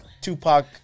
Tupac